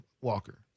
Walker